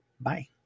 Bye